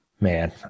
Man